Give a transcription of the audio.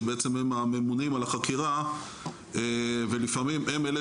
שבעצם הם הממונים על החקירה ולפעמים הם אלה